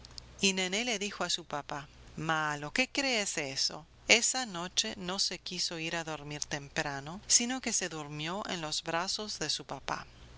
y nené le dijo a su papá malo que crees eso esa noche no se quiso ir a dormir temprano sino que se durmió en los brazos de su papá